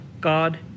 God